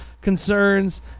concerns